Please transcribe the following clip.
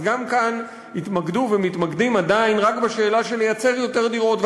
אז גם כאן התמקדו ומתמקדים עדיין רק בשאלה של לייצר יותר דירות,